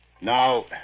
Now